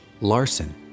Larson